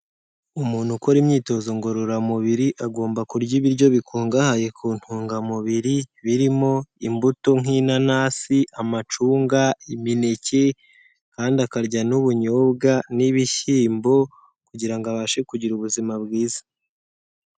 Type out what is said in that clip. Umuntu ukora imyitozo ngororamubiri agomba kurya ibiryo bikungahaye ku ntungamubiri, birimo imbuto nk'inanasi, amacunga, imineke kandi akarya n'ubunyobwa n'ibishyimbo, kugira abashe kugira ubuzima bwiza.